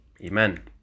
Amen